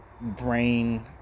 brain